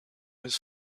his